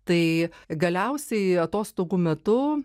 tai galiausiai atostogų metu